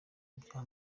ibyaha